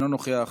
אינו נוכח,